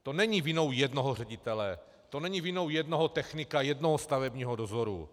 To není vinou jednoho ředitele, to není vinou jednoho technika, jednoho stavebního dozoru.